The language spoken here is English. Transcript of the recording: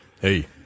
Hey